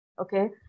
okay